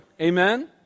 Amen